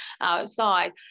outside